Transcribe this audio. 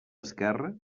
esquerre